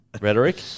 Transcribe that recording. rhetoric